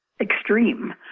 extreme